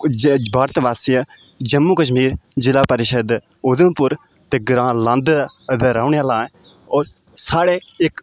जे भारत वासी ऐ जम्मू कश्मीर जिला परिषद उधमपुर ते ग्रांऽ लांदर दा रौह्ने आह्ला ऐ होर साढ़े इक